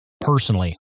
personally